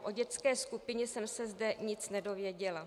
O dětské skupině jsem se zde nic nedozvěděla.